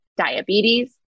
diabetes